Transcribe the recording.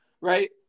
right